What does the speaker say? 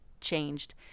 changed